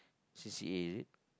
C_C_A is it